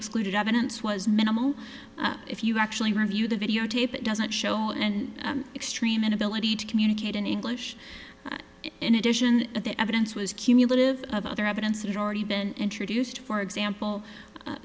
excluded evidence was minimal if you actually review the videotape it doesn't show an extreme inability to communicate in english in addition to the evidence was cumulative of other evidence already been introduced for example